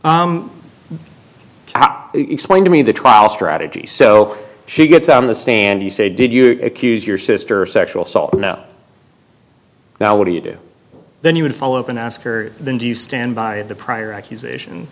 explain to me the trial strategy so she gets on the stand you say did you accuse your sister sexual assault now what do you do then you would follow up and ask her then do you stand by the prior accusation